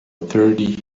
thirty